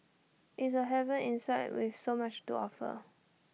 IT is A haven inside with so much to offer